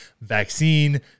vaccine